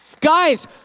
Guys